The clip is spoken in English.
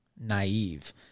naive